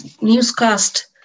newscast